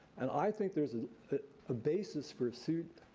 and i think there's a basis for a suit,